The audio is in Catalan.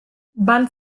van